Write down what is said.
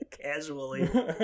casually